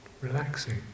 relaxing